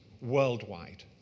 worldwide